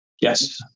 yes